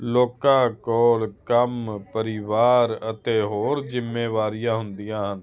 ਲੋਕਾਂ ਕੋਲ ਕੰਮ ਪਰਿਵਾਰ ਅਤੇ ਹੋਰ ਜਿੰਮੇਵਾਰੀਆਂ ਹੁੰਦੀਆਂ ਹਨ